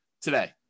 today